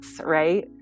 right